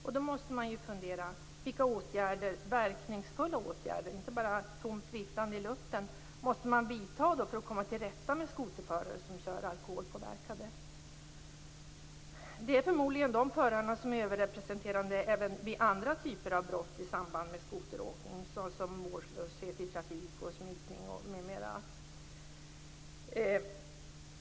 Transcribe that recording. Man måste fundera över vilka verkningsfulla åtgärder - inte bara tomt viftande i luften - man måste vidta för att komma till rätta med skoterförare som kör alkoholpåverkade. Det är förmodligen de förarna som är överrepresenterade även i andra typer av brott i samband med skoteråkning, såsom vårdslöshet i trafik, smitning, m.m.